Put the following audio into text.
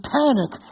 panic